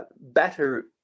better